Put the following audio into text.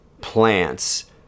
plants